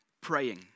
praying